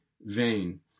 vain